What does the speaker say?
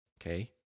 Okay